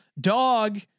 Dog